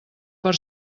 per